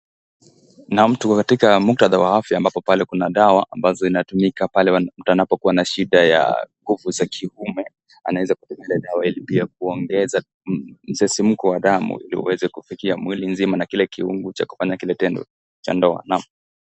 Naam tuko katika muktadha wa afya ambapo pale kuna dawa ambazo zinatumika pale mtu anapokuwa na shida ya nguvu za kiume anaweza kunywa ile dawa ili kuongeza msisimuko wa damu ili uweze kufikia mwili mzima na kile kiungo cha kufanya kile tendo , cha ndoa naam.